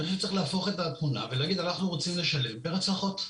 אני חושב שצריך להפוך את התמונה ולהגיד 'אנחנו רוצים לשלם פר הצלחה'.